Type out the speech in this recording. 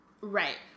right